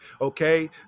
okay